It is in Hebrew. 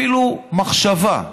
אפילו מחשבה.